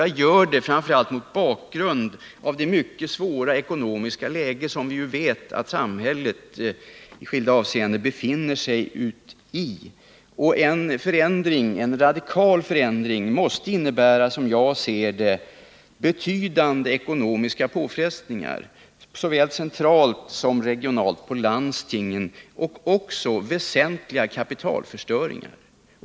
Jag gör det framför allt mot bakgrund av det mycket svåra ekonomiska läge som vi ju vet att samhället i skilda avseenden befinner sig i. En radikal förändring måste innebära, som jagser det, betydande ekonomiska påfrestningar såväl centralt som regionalt på landstingen och också väsentlig kapitalförstöring.